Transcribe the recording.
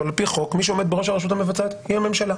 אבל על פי חוק מי שעומד בראש הרשות המבצעת היא הממשלה,